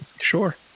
Sure